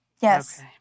Yes